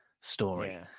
story